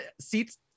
seats